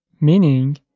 meaning